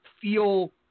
feel